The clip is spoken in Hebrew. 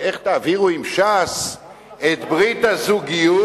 ואיך תעבירו עם ש"ס את ברית הזוגיות?